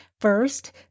First